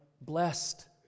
blessed